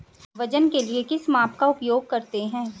वजन के लिए किस माप का उपयोग करते हैं?